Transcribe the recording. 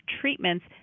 treatments